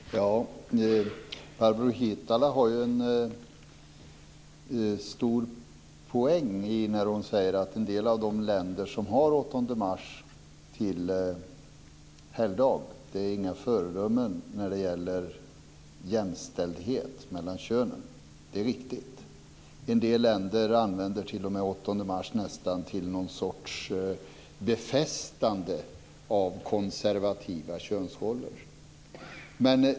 Herr talman! Barbro Hietala Nordlund har ju en stor poäng i det hon säger om att en del av de länder som har den 8 mars som helgdag inte är några föredömen när det gäller jämställdhet mellan könen. Det är riktigt. En del länder använder t.o.m. den 8 mars nästan till att befästa konservativa könsroller.